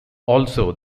also